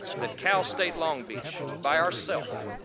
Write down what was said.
that cal state long beach, by ourself,